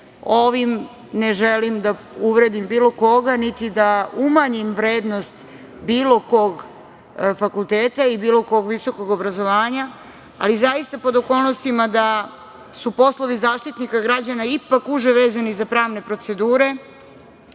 Ovim ne želim da uvredim bilo koga, niti da umanjim vrednost bilo kog fakulteta i bilo kog visokog obrazovanja, ali zaista pod okolnostima da su poslovi Zaštitnika građana ipak uže vezani za pravne procedure,